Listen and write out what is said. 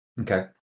Okay